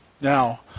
Now